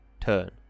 turn